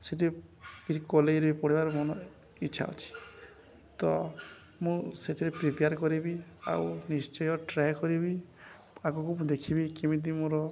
ସେଠି କିଛି କଲେଜରେ ପଢ଼ିବାର ମନ ଇଚ୍ଛା ଅଛି ତ ମୁଁ ସେଥିରେ ପ୍ରିପେୟାର୍ କରିବି ଆଉ ନିଶ୍ଚୟ ଟ୍ରାଏ କରିବି ଆଗକୁ ମୁଁ ଦେଖିବି କେମିତି ମୋର